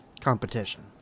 competition